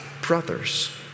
brothers